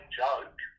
joke